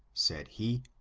said he,